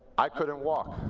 i couldn't walk.